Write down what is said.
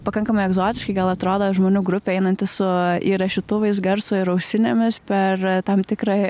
pakankamai egzotiškai gal atrodo žmonių grupė einanti su įrašytuvais garso ir ausinėmis per tam tikrą